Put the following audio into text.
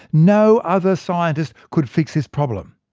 no other scientist could fix this problem.